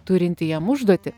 turinti jam užduotį